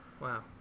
wow